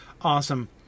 awesome